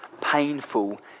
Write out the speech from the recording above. painful